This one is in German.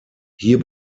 hier